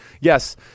yes –